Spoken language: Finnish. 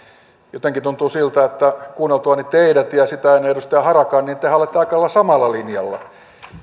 jotenkin tuntuu siltä että kuunneltuani teidät ja sitä ennen edustaja harakan tehän olette aika lailla samalla linjalla